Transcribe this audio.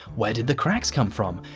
where did the cracks come from?